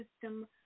system